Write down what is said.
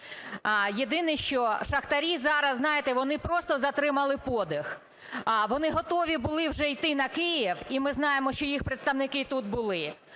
Єдине, що шахтарі зараз, знаєте, вони просто затримали подих, вони готові були вже йти на Київ. І ми знаємо, що їх представники тут були.